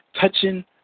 touching